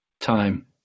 time